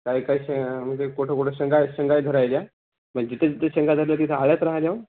काय काय शे म्हणजे कुठे कुठे शेंगा शेंगा धरायच्या मन जिथे जिथे शेंगा झाल्या तिथे आळ्यात राहल्यावं